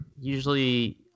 Usually